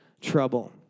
trouble